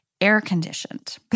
Air-conditioned